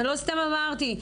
ולא סתם אמרתי,